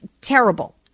terrible